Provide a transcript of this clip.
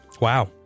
Wow